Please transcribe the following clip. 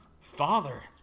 father